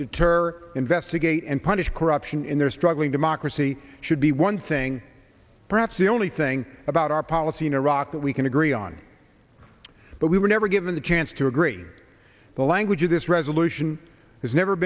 deter investigate and punish corruption in their struggling democracy should be one thing perhaps the only thing about our policy in iraq that we can agree on but we were never given the chance to agree the language of this resolution has never